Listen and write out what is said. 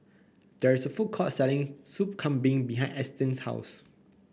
there is a food court selling Soup Kambing behind Ashtyn's house